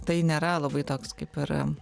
tai nėra labai toks kaip ir